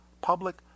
public